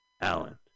Alan